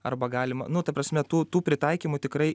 arba galima nu ta prasme tų tų pritaikymų tikrai